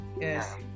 Yes